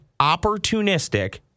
opportunistic